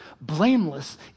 blameless